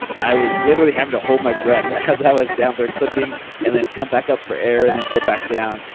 i was literally having to hold my breath as i was down there clipping and then come back up for air and then go back down.